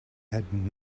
had